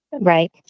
Right